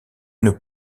une